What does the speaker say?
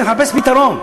מחפשת פתרון.